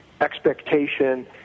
expectation